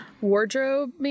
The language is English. wardrobe